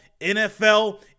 nfl